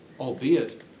albeit